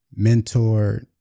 mentored